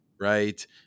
right